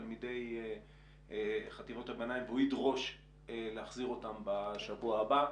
תלמידי חטיבות הביניים והוא ידרוש להחזיר אותם בשבוע הבא.